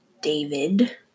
David